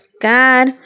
God